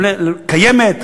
קיימת,